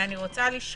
אני רוצה לשאול,